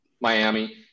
Miami